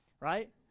right